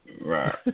Right